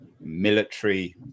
military